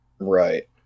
Right